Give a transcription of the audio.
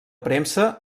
premsa